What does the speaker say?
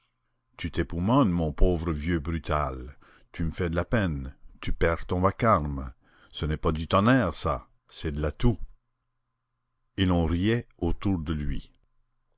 d'ironie tu t'époumones mon pauvre vieux brutal tu me fais de la peine tu perds ton vacarme ce n'est pas du tonnerre ça c'est de la toux et l'on riait autour de lui